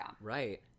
right